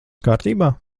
kārtībā